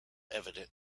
evident